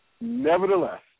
Nevertheless